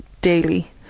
daily